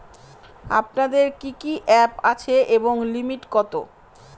আপনাদের কি কি অ্যাপ আছে এবং লিমিট কত?